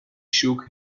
shook